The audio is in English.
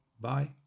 Bye